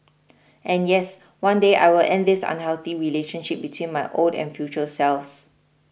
and yes one day I will end this unhealthy relationship between my old and future selves